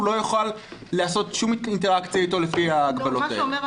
לא יוכל לעשות שום אינטראקציה איתו לפי ההגבלות האלה.